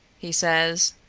he says.